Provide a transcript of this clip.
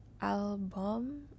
Album